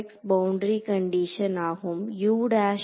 boundary condition ஆகும்